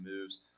moves